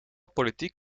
politiek